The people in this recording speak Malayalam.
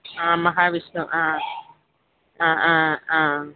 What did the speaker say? ആ മഹാവിഷ്ണു ആ ആ ആ ആ